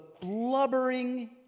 blubbering